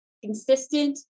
consistent